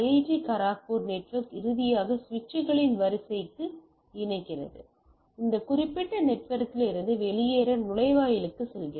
D Kharagpur network இறுதியாக சுவிட்சுகளின் வரிசைக்கு இணைகிறது அந்த குறிப்பிட்ட நெட்வொர்க்கிலிருந்து வெளியேற நுழைவாயிலுக்கு செல்கிறது